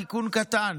תיקון קטן,